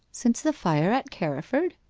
since the fire at carriford